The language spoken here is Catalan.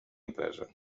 empresa